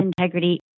integrity